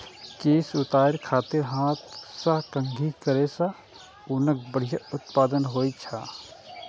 केश उतारै खातिर हाथ सं कंघी करै सं ऊनक बढ़िया उत्पादन होइ छै